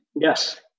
Yes